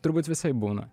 turbūt visaip būna